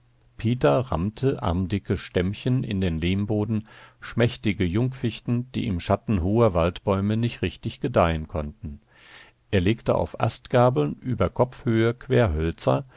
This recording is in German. peter rammte armdicke stämmchen in den lehmboden schmächtige jungfichten die im schatten hoher waldbäume nicht richtig gedeihen konnten er legte auf astgabeln über kopfhöhe querhölzer